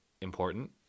important